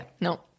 no